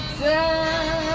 time